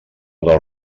del